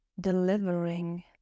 delivering